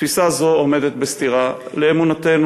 תפיסה זו עומדת בסתירה לאמונתנו,